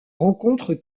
rencontre